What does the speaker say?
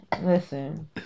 listen